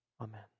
Amen